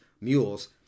mules